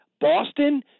Boston